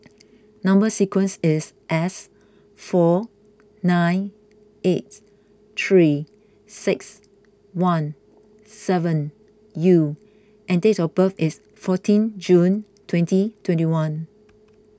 Number Sequence is S four nine eight three six one seven U and date of birth is fourteen June twenty twenty one